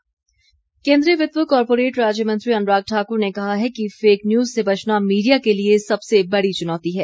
अनुराग ठाकुर केन्द्रीय वित्त व कॉरपोरेट राज्य मंत्री अनुराग ठाकुर ने कहा है कि फेक न्यूज़ से बचना मीडिया के लिए सबसे बड़ी चुनौती है